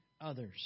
others